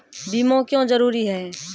बीमा क्यों जरूरी हैं?